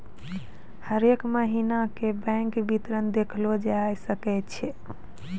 हरेक महिना के बैंक विबरण देखलो जाय सकै छै